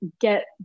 get